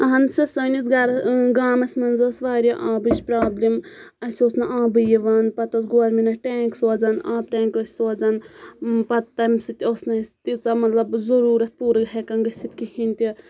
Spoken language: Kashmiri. اَہن سا سٲنِس گر اۭں گامَس منز ٲس واریاہ آبٕچ پرابلِم اَسہِ اوس نہٕ آبٕے یِوان پَتہٕ اوس گورمیٚنٹ ٹینک سوزان آب ٹینک ٲسۍ سوزان پَتہٕ تمہِ سۭتۍ ٲسۍ نہٕ اَسہِ تیٖژاہ ضروٗرت پوٗرٕ ہیکان گٔژھِتھ کہیٖنۍ تہِ